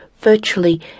Virtually